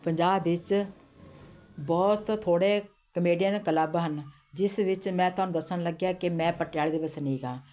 ਪੰਜਾਬ ਵਿੱਚ ਬਹੁਤ ਥੋੜ੍ਹੇ ਕਮੇਡੀਅਨ ਕਲੱਬ ਹਨ ਜਿਸ ਵਿੱਚ ਮੈਂ ਤੁਹਾਨੂੰ ਦੱਸਣ ਲੱਗੀ ਹਾਂ ਕਿ ਮੈਂ ਪਟਿਆਲੇ ਦੀ ਵਸਨੀਕ ਹਾਂ